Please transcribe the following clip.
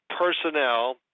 personnel